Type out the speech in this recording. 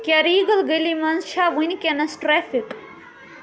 کیٛاہ ریٖگٕل گٔلی منٛز چھےٚ وٕنۍکٮ۪نَس ٹرٛیفِک